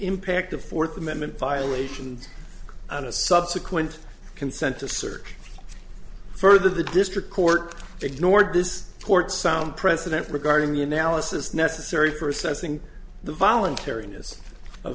impact of fourth amendment violation on a subsequent consent to search further the district court ignored this court sound president regarding the analysis necessary for assessing the voluntariness of